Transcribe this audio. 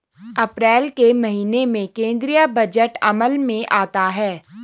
अप्रैल के महीने में केंद्रीय बजट अमल में आता है